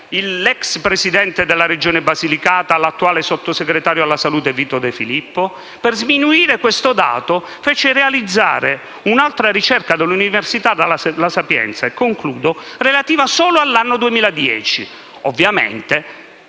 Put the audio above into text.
l'ex Presidente della Regione Basilicata, l'attuale sottosegretario alle salute Vito De Filippo? Per sminuire questo dato fece realizzare un'altra ricerca dall'Università La Sapienza, relativa solo all'anno 2010. Ovviamente,